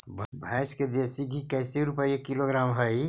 भैंस के देसी घी कैसे रूपये किलोग्राम हई?